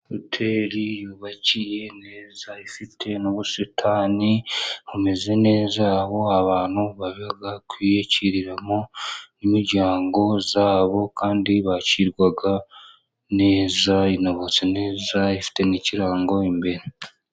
Hoteri yubakiye neza, ifite n'ubusitani bumeze neza, aho abantu bajya kwiyakirira mo nimiryango yabo, kandi bakirwa neza, kandi inubatse neza hamanitse n' ikirango imbere.